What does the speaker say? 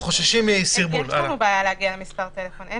יש לנו בעיה להגיע למספרי טלפון.